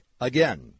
Again